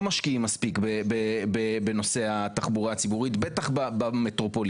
משקיעים מספיק בנושא התחבורה הציבורית בטח במטרופולינים,